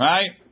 Right